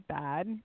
bad